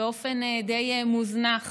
באופן די מוזנח